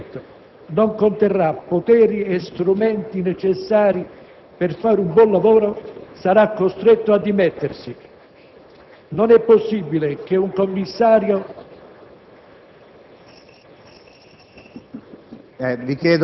se il decreto‑legge in discussione in Parlamento non conterrà poteri e strumenti necessari per fare un buon lavoro, sarà costretto a dimettersi. Non è possibile che un commissario...